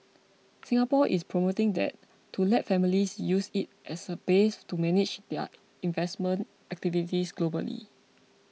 Singapore is promoting that to let families use it as a base to manage their investment activities globally